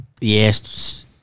Yes